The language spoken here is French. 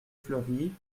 fleurie